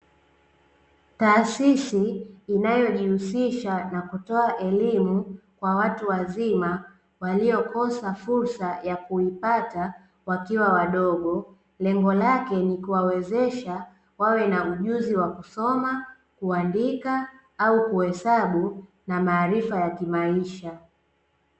Taasisi inayojihusisha na kutoa elimu kwa watu wazima, waliokosa fursa ya kuipata wakiwa wadogo. Lengo lake ni kuwawezesha wawe na ujuzi wa kusoma, kuandika au kuhesabu na maarifa ya kimaisha.